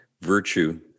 virtue